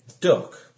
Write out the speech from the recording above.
duck